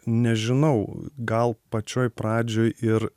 nežinau gal pačioj pradžioj ir